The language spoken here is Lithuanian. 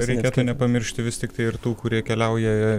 reikėtų nepamiršti vis tiktai ir tų kurie keliauja